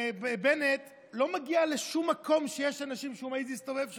בנט לא מגיע לשום מקום שיש אנשים שהוא מעז להסתובב שם,